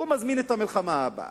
מזמין את המלחמה הבאה.